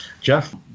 Jeff